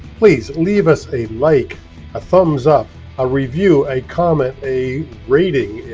please leave us a, like a thumbs up a review, a comment, a rating.